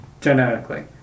genetically